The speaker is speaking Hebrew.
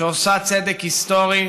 שעושה צדק היסטורי,